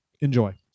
Enjoy